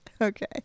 Okay